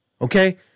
Okay